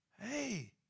Hey